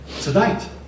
tonight